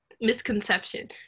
misconception